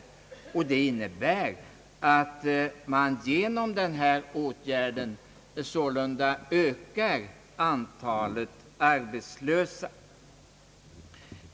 Ett beslut enligt utskottets förslag skulle sålunda komma att öka antalet arbetslösa.